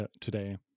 today